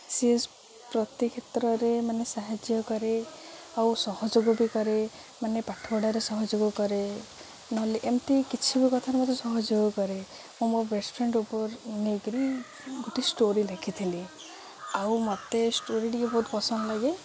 ସିଏ ସ୍ ପ୍ରତି କ୍ଷେତ୍ରରେ ମାନେ ସାହାଯ୍ୟ କରେ ଆଉ ସହଯୋଗ ବି କରେ ମାନେ ପାଠପଢ଼ାରେ ସହଯୋଗ କରେ ନହେଲେ ଏମିତି କିଛି ବି କଥାରେ ମୋତେ ସହଯୋଗ କରେ ମୁଁ ମୋ ବେଷ୍ଟ ଫ୍ରେଣ୍ଡ ଉପ ନେଇକିରି ଗୋଟେ ଷ୍ଟୋରୀ ଲେଖିଥିଲି ଆଉ ମୋତେ ଷ୍ଟୋରୀ ଟିକେ ବହୁତ ପସନ୍ଦ ଲାଗେ